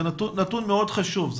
זה נתון מאוד חשוב.